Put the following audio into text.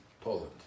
Poland